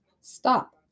Stop